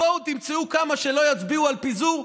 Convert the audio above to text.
בואו תמצאו כמה שלא יצביעו על פיזור,